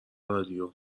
رادیو